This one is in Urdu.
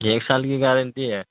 ایک سال کی گارنٹی ہے